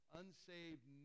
unsaved